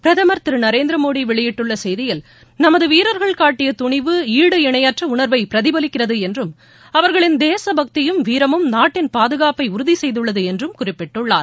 பிரதம் திரு நரேந்திரமோடி வெளியிட்டுள்ள செய்தியில் நமது வீரர்கள் காட்டிய துணிவு ஈடுஇணையற்ற உணர்வை பிரதிபலிக்கிறது என்றும் அவர்களின் தேசபக்தியும் வீரமும் நாட்டின் பாதுகாப்பை உறுதி செய்துள்ளது என்றும் குறிப்பிட்டுள்ளார்